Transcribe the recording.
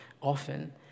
often